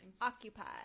Occupied